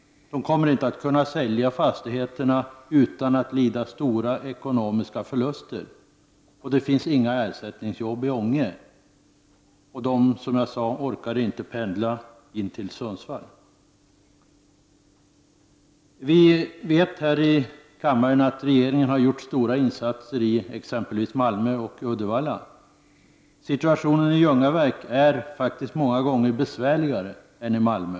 De kommer inte att kunna sälja sina fastigheter utan att lida stora ekonomiska förluster. Det finns inga ersättningsjobb i Ånge, och de orkar inte, som jag sade, pendla till Sundsvall. Vi här i kammaren vet att regeringen har gjort stora insatser i exempelvis Malmö och Uddevalla. Situationen i Ljungaverk är faktiskt många gånger besvärligare än i Malmö.